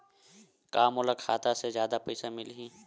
का मोला खाता से जादा पईसा मिलही?